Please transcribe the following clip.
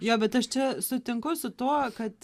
jo bet aš čia sutinku su tuo kad